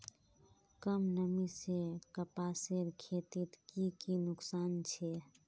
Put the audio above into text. कम नमी से कपासेर खेतीत की की नुकसान छे?